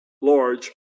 large